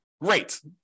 great